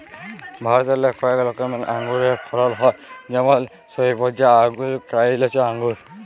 ভারতেল্লে কয়েক রকমের আঙুরের ফলল হ্যয় যেমল সইবজা আঙ্গুর, কাইলচা আঙ্গুর